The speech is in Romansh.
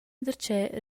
darcheu